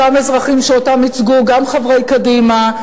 אותם אזרחים שייצגו גם חברי קדימה,